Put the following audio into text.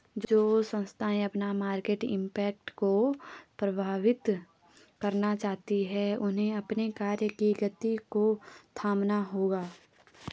जो संस्थाएं अपना मार्केट इम्पैक्ट को प्रबंधित करना चाहती हैं उन्हें अपने कार्य की गति को थामना होगा